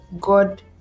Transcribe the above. God